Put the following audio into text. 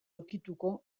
aurkituko